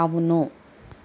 అవును